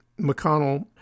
McConnell